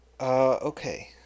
Okay